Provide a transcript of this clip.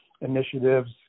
initiatives